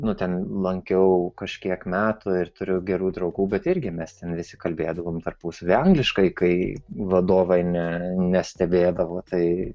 nu ten lankiau kažkiek metų ir turiu gerų draugų bet irgi mes ten visi kalbėdavom tarpusavy angliškai kai vadovai ne nestebėdavo tai